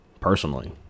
personally